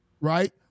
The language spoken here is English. right